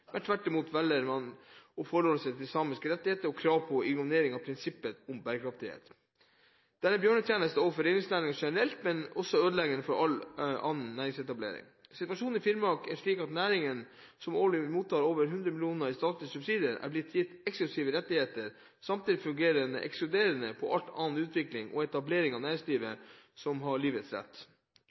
men istedenfor velger dagens regjering en politikk som ikke ivaretar bærekraften. Tvert imot velger man å forholde seg til samiske rettigheter og krav og ignorerer prinsippet om bærekraft. Det er en bjørnetjeneste overfor reindriftsnæringen generelt, men også ødeleggende for all annen næringsetablering. Situasjonen i Finnmark er slik at næringen, som årlig mottar over 100 mill. kr i statlige subsidier, er blitt gitt eksklusive rettigheter. Samtidig fungerer den ekskluderende på all annen utvikling og etablering av næringsliv som har livets